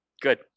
Good